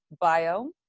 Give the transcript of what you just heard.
bio